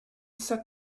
set